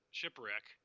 shipwreck